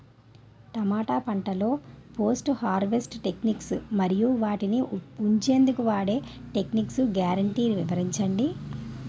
టమాటా పంటలో post harvest techniques మరియు వాటిని ఉంచెందుకు వాడే టెక్నిక్స్ గ్యారంటీ వివరించండి?